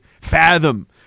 fathom